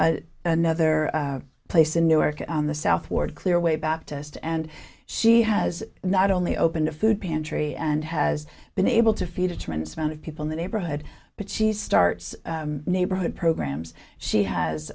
another place in newark on the south ward clear away baptist and she has not only opened a food pantry and has been able to feed a tremendous amount of people in the neighborhood but she starts neighborhood programs she